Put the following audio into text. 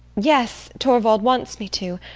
yes, torvald wants me to.